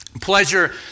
pleasure